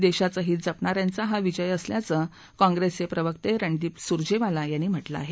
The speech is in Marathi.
देशाचे हित जपणाऱ्यांचा हा विजय असल्याचं काँग्रेसचे प्रवक्ते रणदीप सुरजेवाला यांनी म्हटलं आहे